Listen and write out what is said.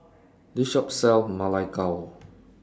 This Shop sells Ma Lai Gao